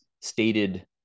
stated